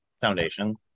Foundation